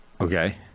okay